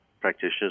practitioners